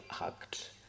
act